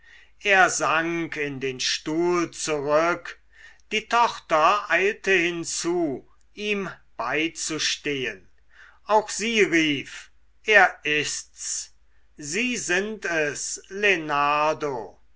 er sank in den stuhl zurück die tochter eilte hinzu ihm beizustehen auch sie rief er ist's sie sind es